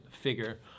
figure